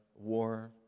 war